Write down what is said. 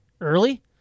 early